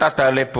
אתה תעלה,